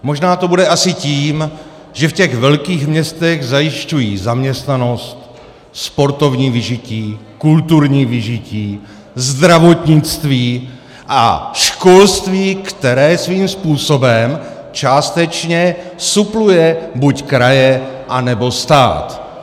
Možná to bude asi tím, že v těch velkých městech zajišťují zaměstnanost, sportovní vyžití, kulturní vyžití, zdravotnictví a školství, které svým způsobem částečně supluje buď kraje, anebo stát.